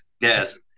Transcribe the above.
Yes